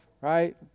right